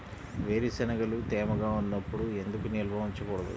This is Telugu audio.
వేరుశనగలు తేమగా ఉన్నప్పుడు ఎందుకు నిల్వ ఉంచకూడదు?